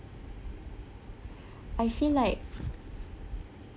I feel like